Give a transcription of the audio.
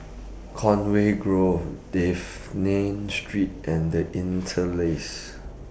Conway Grove Dafne Street and The Interlace